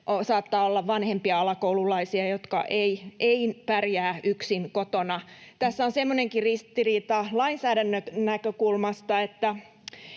saattaa olla vanhempia alakoululaisia, jotka eivät pärjää yksin kotona. Tässä on sellainenkin ristiriita lainsäädännön näkökulmasta,